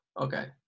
Okay